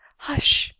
hush!